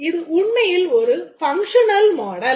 இது உண்மையில் ஒரு functional model